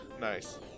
Nice